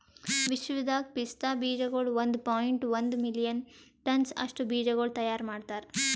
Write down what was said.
ವಿಶ್ವದಾಗ್ ಪಿಸ್ತಾ ಬೀಜಗೊಳ್ ಒಂದ್ ಪಾಯಿಂಟ್ ಒಂದ್ ಮಿಲಿಯನ್ ಟನ್ಸ್ ಅಷ್ಟು ಬೀಜಗೊಳ್ ತೈಯಾರ್ ಮಾಡ್ತಾರ್